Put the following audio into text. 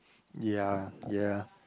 ya ya